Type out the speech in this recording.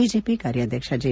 BJP ಕಾರ್ಯಾಧ್ಯಕ್ಷ J